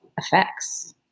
effects